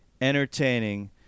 entertaining